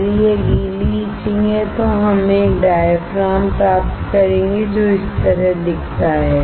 यदि यह गीली इचिंग है तो हम एक डायाफ्राम प्राप्त करेंगे जो इस तरह दिखता है